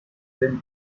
written